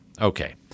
Okay